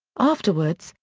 afterwards,